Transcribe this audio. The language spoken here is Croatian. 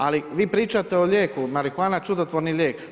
Ali vi pričate o lijeku, marihuana čudotvorni lijek.